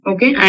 Okay